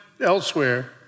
elsewhere